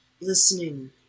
listening